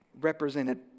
represented